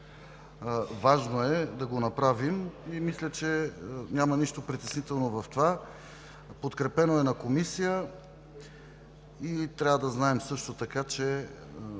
Важно е да го направим и мисля, че няма нищо притеснително в това. Подкрепено е на Комисия и трябва да знаем също така, че